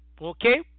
Okay